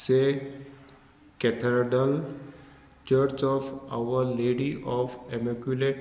Se cathedral church of our lady of immaculate